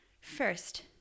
first